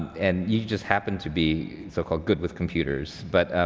and you just happen to be so-called good with computers. but,